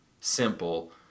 simple